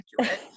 accurate